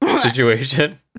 situation